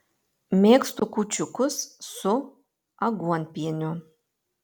mėgstu kūčiukus su aguonpieniu